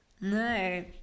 No